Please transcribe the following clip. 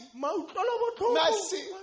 mercy